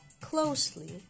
closely